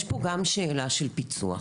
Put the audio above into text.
יש פה גם שאלה של פיצוח.